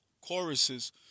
choruses